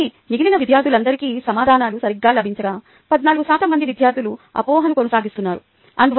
కాబట్టి మిగిలిన విద్యార్థులందరికీ సమాధానాలు సరిగ్గా లభించగా 14 శాతం మంది విద్యార్థులు అపోహను కొనసాగిస్తున్నారు